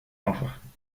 aufwachen